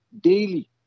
daily